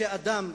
שכשאדם,